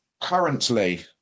currently